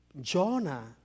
Jonah